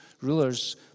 rulers